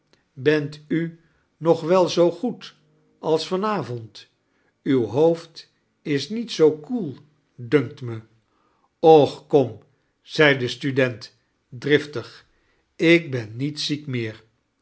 bent u nog wel zoo goed als van avond uw hoofd is niet zoo koel dunkt me och kom zei de student driftig ik ben niet ziek meer